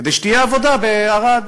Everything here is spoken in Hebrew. כדי שתהיה עבודה בערד.